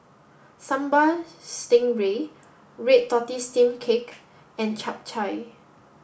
Sambal Stingray Red Tortoise Steamed Cake and Chap Chai